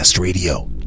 Radio